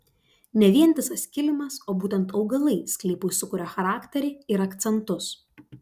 ne vientisas kilimas o būtent augalai sklypui sukuria charakterį ir akcentus